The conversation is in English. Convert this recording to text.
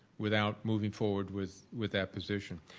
without moving forward with with that position.